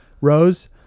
Rose